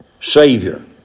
Savior